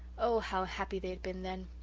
oh, how happy they had been then!